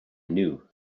knew